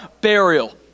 Burial